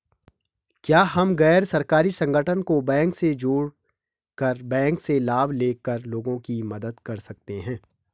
क्या हम गैर सरकारी संगठन को बैंक से जोड़ कर बैंक से लाभ ले कर लोगों की मदद कर सकते हैं?